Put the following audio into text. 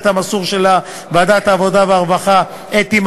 המסור של ועדת העבודה והרווחה: אתי,